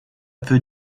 peu